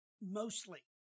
mostly